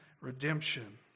redemption